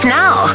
now